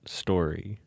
story